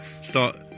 start